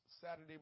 Saturday